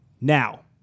Now